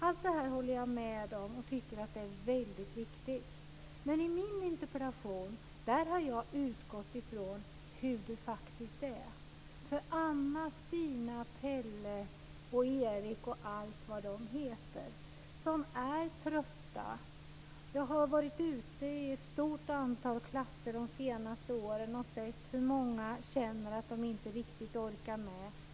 Allt det håller jag med om, och jag tycker att det är väldigt viktigt. Men i min interpellation har jag utgått ifrån hur det faktiskt är för Anna, Stina, Pelle, Erik, och allt vad de heter, som är trötta. Jag har varit ute i ett stort antal klasser de senaste åren och sett hur många känner att de inte riktigt orkar med.